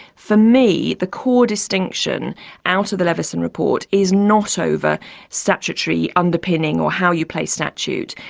for me, the core distinction out of the leveson report is not over statutory underpinning or how you play statute.